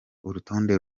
urutonde